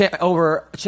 over